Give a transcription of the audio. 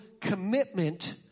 commitment